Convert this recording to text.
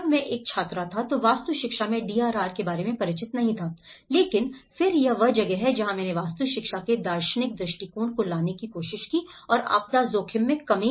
जब मैं एक छात्र था तो वास्तु शिक्षा में DRR के बारे में परिचित नहीं था लेकिन फिर यह वह जगह है जहाँ मैंने वास्तु शिक्षा के दार्शनिक दृष्टिकोण को लाने की कोशिश की और आपदा जोखिम में कमी